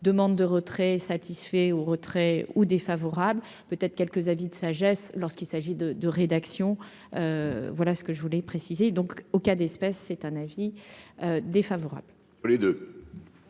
demande de retrait satisfait au retrait ou défavorables peut-être quelques avis de sagesse lorsqu'il s'agit de de rédaction, voilà ce que je voulais préciser donc au cas d'espèce, c'est un avis défavorable.